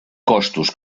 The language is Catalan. costos